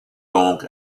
donc